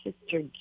Sister